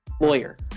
lawyer